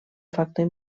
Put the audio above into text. factor